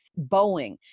Boeing